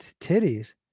titties